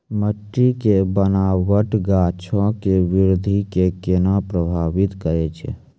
मट्टी के बनावट गाछो के वृद्धि के केना प्रभावित करै छै?